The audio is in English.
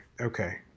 Okay